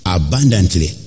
abundantly